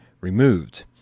removed